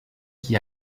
qui